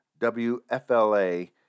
WFLA